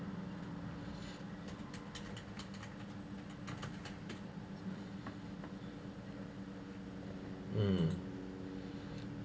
um